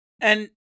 And-